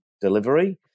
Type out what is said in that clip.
delivery